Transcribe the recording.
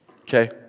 Okay